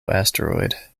asteroid